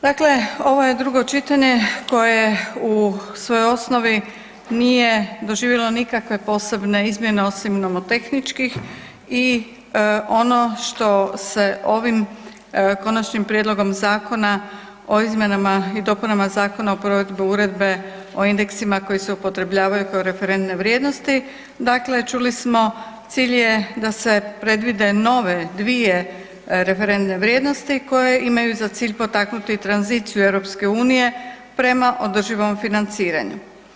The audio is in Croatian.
Dakle, ovo je drugo čitanje koje u svojoj osnovi nije doživjelo nikakve posebne izmjene osim novotehničkih i ono što se ovim konačnim prijedlogom zakona o izmjenama i dopunama Zakona o provedbe uredbe o indeksima koji se upotrebljavaju kao referentne vrijednosti, dakle čuli smo, cilj je da se predvide nove dvije referentne vrijednosti koje imaju za cilj potaknuti tranziciju EU-a prema održivom financiranju.